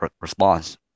response